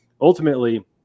ultimately